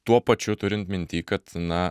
tuo pačiu turint minty kad na